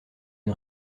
une